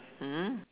mm